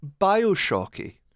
Bioshocky